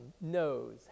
knows